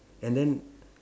and then